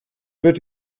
wird